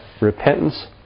repentance